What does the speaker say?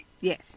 Yes